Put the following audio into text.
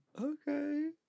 Okay